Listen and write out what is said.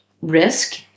risk